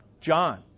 John